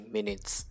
Minutes